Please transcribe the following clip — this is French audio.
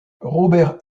robert